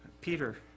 Peter